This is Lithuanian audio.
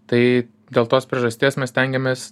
tai dėl tos priežasties mes stengiamės